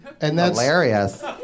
Hilarious